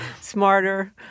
smarter